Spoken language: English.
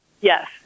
Yes